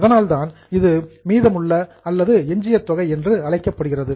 அதனால்தான் இது ரெசிடுயல் மீதமுள்ள அல்லது எஞ்சிய தொகை என்று அழைக்கப்படுகிறது